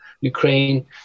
Ukraine